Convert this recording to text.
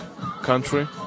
country